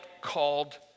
called